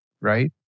right